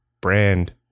brand